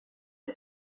est